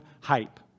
hype